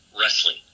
wrestling